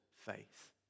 Faith